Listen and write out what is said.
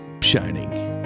shining